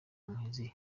muhizi